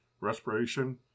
respiration